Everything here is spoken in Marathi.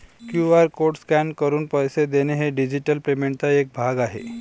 क्यू.आर कोड स्कॅन करून पैसे देणे हा डिजिटल पेमेंटचा एक भाग आहे